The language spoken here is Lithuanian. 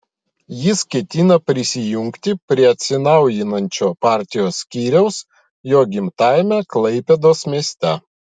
jis ketina prisijungti prie atsinaujinančio partijos skyriaus jo gimtajame klaipėdos mieste